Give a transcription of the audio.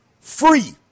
free